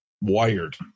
wired